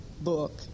book